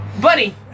Buddy